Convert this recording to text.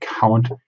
count